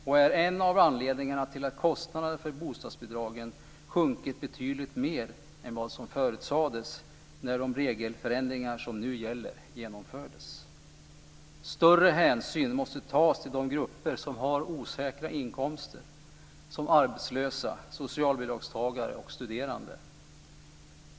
Det är en av anledningarna till att kostnaderna för bostadsbidragen sjunkit betydligt mer än vad som förutsades när de regelförändringar som nu gäller genomfördes. Större hänsyn måste tas till de grupper som har osäkra inkomster som t.ex. arbetslösa, socialbidragstagare och studerande.